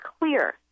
clear